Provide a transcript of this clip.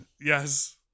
Yes